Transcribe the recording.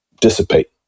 dissipate